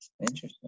Interesting